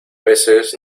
veces